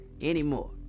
anymore